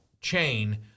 chain